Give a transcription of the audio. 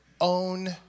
own